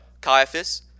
Caiaphas